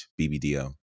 BBDO